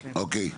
אוקיי.